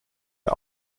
der